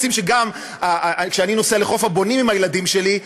רוצים שגם כשאני נוסע לחוף הבונים עם הילדים שלי,